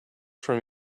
from